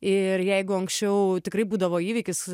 ir jeigu anksčiau tikrai būdavo įvykis